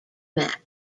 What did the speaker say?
map